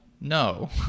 no